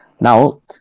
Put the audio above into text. now